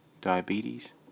diabetes